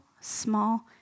small